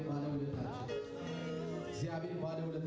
the bottom of the